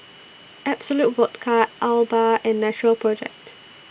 Absolut Vodka Alba and Natural Project